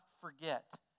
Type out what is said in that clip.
forget